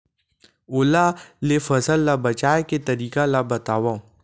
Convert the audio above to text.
ओला ले फसल ला बचाए के तरीका ला बतावव?